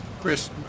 Chris